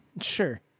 Sure